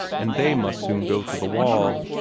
and they must soon go to the wall.